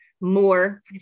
more